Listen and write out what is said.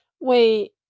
Wait